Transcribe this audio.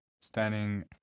standing